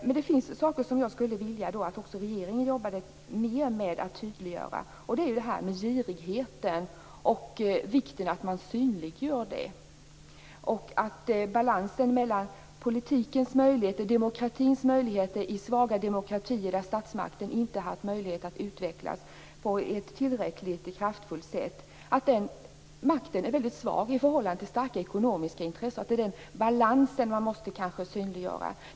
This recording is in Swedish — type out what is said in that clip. Men det finns saker som jag skulle vilja att regeringen jobbade mer med att tydliggöra, och det gäller bl.a. girigheten och vikten av att man synliggör den och politikens och demokratins möjligheter i svaga demokratier där statsmakten inte har haft möjlighet att utvecklas på ett tillräckligt kraftfullt sätt. Denna makt är väldigt svag i förhållande till starka ekonomiska intressen, och denna obalans måste synliggöras.